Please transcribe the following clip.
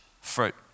fruit